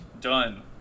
Done